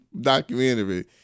documentary